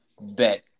bet